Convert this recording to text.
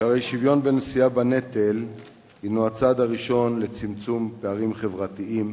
שהרי שוויון בנשיאה בנטל הינו הצעד הראשון לצמצום פערים חברתיים